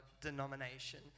denomination